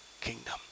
kingdom